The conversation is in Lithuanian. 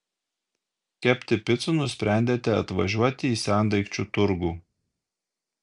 kepti picų nusprendėte atvažiuoti į sendaikčių turgų